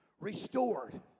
restored